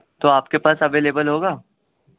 تو آپ کے پاس اویلیبل ہوگا